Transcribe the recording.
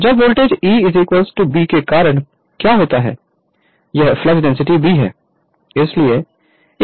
उस voltage E B के कारण क्या होगा यह फ्लक्स डेंसिटी B है